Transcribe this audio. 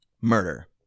Murder